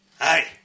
Hey